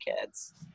kids